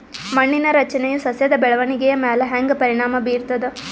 ಮಣ್ಣಿನ ರಚನೆಯು ಸಸ್ಯದ ಬೆಳವಣಿಗೆಯ ಮ್ಯಾಲ ಹ್ಯಾಂಗ ಪರಿಣಾಮ ಬೀರ್ತದ?